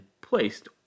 placed